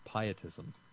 pietism